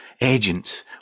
agents